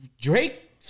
Drake